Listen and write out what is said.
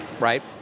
Right